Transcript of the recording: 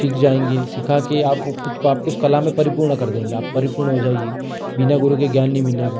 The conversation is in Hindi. सीख जाएँगे सीखा के आप वो खुद आप उस कला में परिपूर्ण कर देंगे आप परिपूर्ण हो जाइए बिना गुरु के ज्ञान नहीं मिलेगा